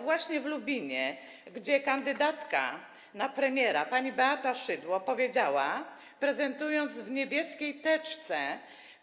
Właśnie w Lubinie kandydatka na premiera pani Beata Szydło, prezentując niebieską teczkę